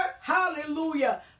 Hallelujah